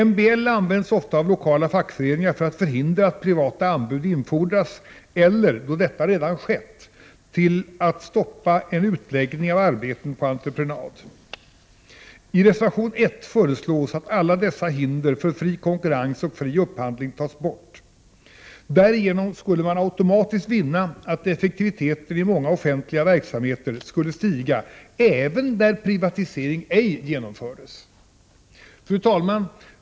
MBL används ofta av lokala fackföreningar för att förhindra att privata anbud infordras, eller — då detta redan skett — till att stoppa utläggning av arbeten på entreprenad. I reservation 1 föreslås att alla dessa hinder för fri konkurrens och fri upphandling tas bort. Därigenom skulle man automatiskt vinna att effektiviteten i många offentliga verksamheter skulle stiga även där privatisering ej genomfördes. Fru talman!